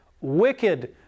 wicked